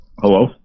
Hello